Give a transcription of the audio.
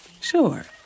Sure